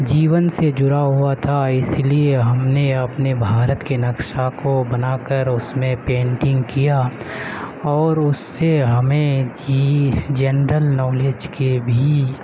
جیون سے جڑا ہوا تھا اسی لیے ہم نے اپنے بھارت کے نقشہ کو بنا کر اس میں پینٹنگ کیا اور اس سے ہمیں کہ جنرل نالج کے بھی